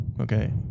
okay